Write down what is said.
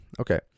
Okay